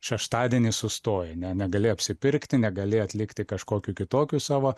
šeštadienį sustoja ne negali apsipirkti negali atlikti kažkokių kitokių savo